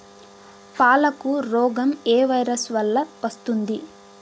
పాలకు రోగం ఏ వైరస్ వల్ల వస్తుంది?